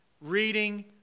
Reading